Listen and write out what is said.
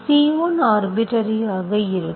C1 orbiter ஆக இருக்கும்